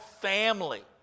family